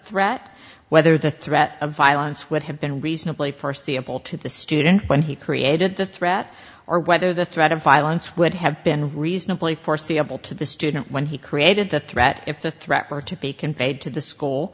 threat whether the threat of violence would have been reasonably foreseeable to the student when he created the threat or whether the threat of violence would have been reasonably foreseeable to the student when he created the threat if the threat or to